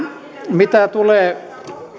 mitä tulee